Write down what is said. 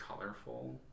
colorful